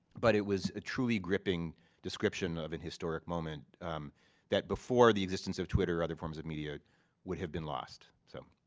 but it was a truly gripping description of a and historic moment that before the existence of twitter, other forms of media would have been lost. so